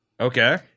Okay